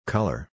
Color